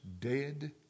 dead